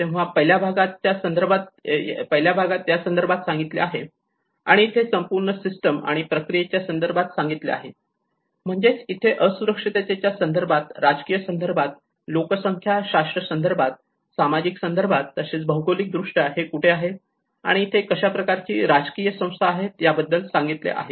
तेव्हा पहिल्या भागात संदर्भा बद्दल सांगितले आहे आणि इथे संपूर्ण सिस्टीम आणि प्रक्रियेच्या संदर्भात सांगितले आहे म्हणजेच इथे असुरक्षिततेच्या संदर्भात राजकीय संदर्भात लोकसंख्याशास्त्र संदर्भात सामाजिक संदर्भात तसेच भौगोलिकदृष्ट्या हे कुठे आहे आणि इथे कशा प्रकारची राजकीय संस्था आहेत याबद्दल सांगितले आहे